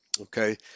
okay